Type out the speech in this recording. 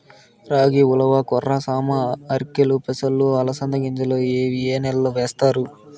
రాగి, ఉలవ, కొర్ర, సామ, ఆర్కెలు, పెసలు, అలసంద గింజలు ఇవి ఏ నెలలో వేస్తారు?